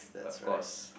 but of course